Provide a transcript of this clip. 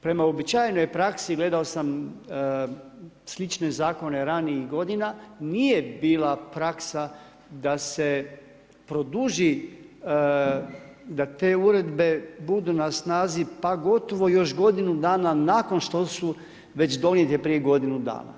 Prema uobičajenoj praksi, gledao sam slične zakone ranijih godina, nije bila praksa da se produži, da te uredbe budu na snazi pa gotovo još godinu dana nakon što su već donijete prije godinu dana.